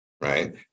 right